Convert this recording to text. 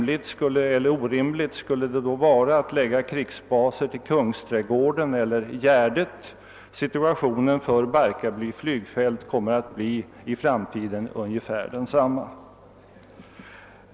Lika orimligt skulle det då vara att förlägga krigsbaser till Kungsträdgården eller Gärdet. Situationen för Barkarby flygfält kommer i framtiden att bli ungefär densamma.